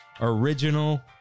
original